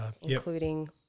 including